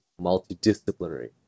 multidisciplinary